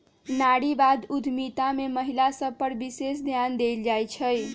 नारीवाद उद्यमिता में महिला सभ पर विशेष ध्यान देल जाइ छइ